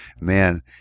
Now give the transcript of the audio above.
Man